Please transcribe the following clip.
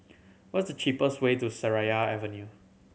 what is the cheapest way to Seraya Avenue